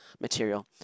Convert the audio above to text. material